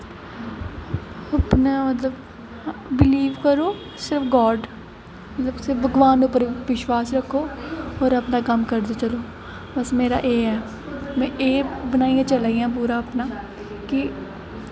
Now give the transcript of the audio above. अपने मतलब बिलीव करो सिर्फ गाड मतलब सिर्फ भगवान उप्पर विश्वास रक्खो और अपना कम्म करदे चलो बस मेरा एह् ऐ में एह् बनाइयै चला दी आं अपना कि